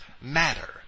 matter